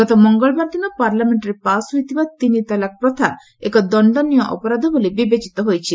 ଗତ ମଙ୍ଗଳବାର ଦିନ ପାର୍ଲାମେଣ୍ଟରେ ପାସ୍ ହୋଇଥିବା ତିନି ତଲାକ୍ ପ୍ରଥା ଏକ ଦଶ୍ଚନୀୟ ଅପରାଧ ବୋଲି ବିବେଚିତ ହୋଇଛି